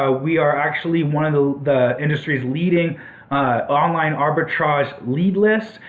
ah we are actually one of the the industry's leading online arbitrage leadlist.